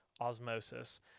osmosis